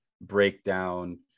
breakdown